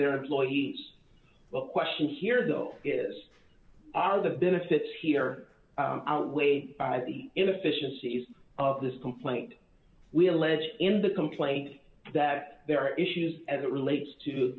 their employees well the question here though is are the benefits here outweighed by the inefficiencies of this complaint we allege in the complaint that there are issues as it relates to